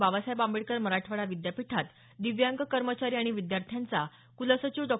बाबासाहेब आंबेडकर मराठवाडा विद्यापीठात दिव्यांग कर्मचारी आणि विद्यार्थ्यांचा कुलसचिव डॉ